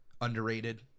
underrated